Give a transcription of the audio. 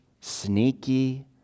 sneaky